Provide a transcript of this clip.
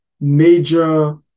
major